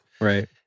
Right